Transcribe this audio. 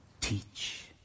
teach